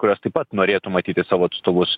kurios taip pat norėtų matyti savo atstovus